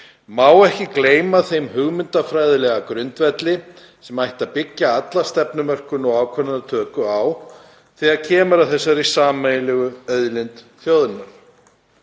má ekki gleyma þeim hugmyndafræðilega grundvelli sem ætti að byggja alla stefnumörkun og ákvarðanatöku á þegar kemur að þessari sameiginlegu auðlind þjóðarinnar.